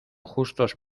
justos